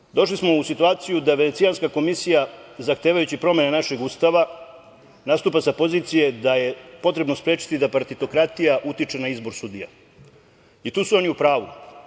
Dakle, došli smo u situaciju da Venecijanska komisija, zahtevajući promene našeg Ustava, nastupa sa pozicije da je potrebno sprečiti da partitokratija utiče na izbor sudija i tu su oni u pravu.